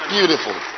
Beautiful